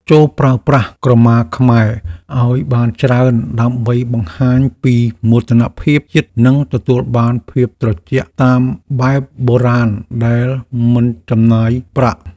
ចូរប្រើប្រាស់ក្រមាខ្មែរឱ្យបានច្រើនដើម្បីបង្ហាញពីមោទនភាពជាតិនិងទទួលបានភាពត្រជាក់តាមបែបបុរាណដែលមិនចំណាយប្រាក់។